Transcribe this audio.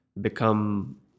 become